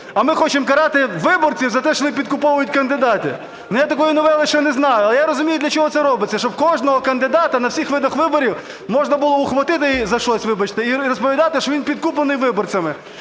А ми хочемо карати виборців за те, що вони підкуповують кандидатів. Ну, я такої новели ще не знаю. Але я розумію, для чого це робиться, щоб кожного кандидата на всіх видах виборів можна було ухватити за щось, вибачте, і розповідати, що він підкуплений виборцями.